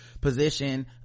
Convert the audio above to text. position